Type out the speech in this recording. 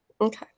Okay